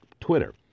Twitter